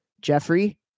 jeffrey